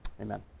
Amen